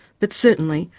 but certainly,